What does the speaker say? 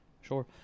Sure